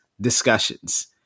discussions